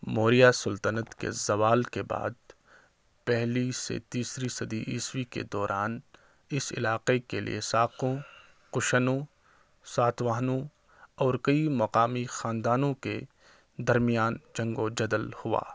موریہ سلطنت کے زوال کے بعد پہلی سے تیسری صدی عیسوی کے دوران اس علاقے کے لیے ساکوں کشنوں ساتواہنوں اور کئی مقامی خاندانوں کے درمیان جنگ و جدل ہوا